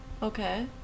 Okay